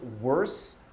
worse